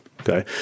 Okay